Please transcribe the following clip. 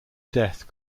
death